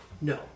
No